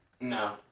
no